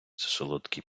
солодкий